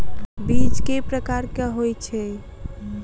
बीज केँ प्रकार कऽ होइ छै?